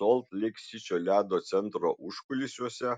solt leik sičio ledo centro užkulisiuose